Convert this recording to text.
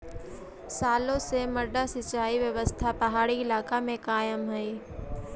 सालो से मड्डा सिंचाई व्यवस्था पहाड़ी इलाका में कायम हइ